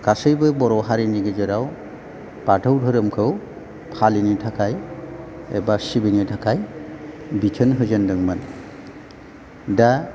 गासैबो बर' हारिनि गेजेराव बाथौ धोरोमखौ फालिनो थाखाय एबा सिबिनो थाखाय बिथोन होजेदोंमोन दा